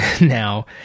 now